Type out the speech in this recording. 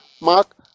Mark